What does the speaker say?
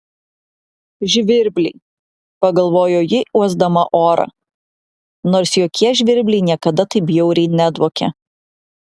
žvirbliai pagalvojo ji uosdama orą nors jokie žvirbliai niekada taip bjauriai nedvokė